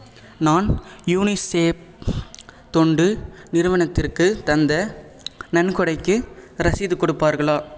நான் யுனிசெஃப் தொண்டு நிறுவனத்திற்குத் தந்த நன்கொடைக்கு ரசீது கொடுப்பார்களா